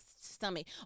stomach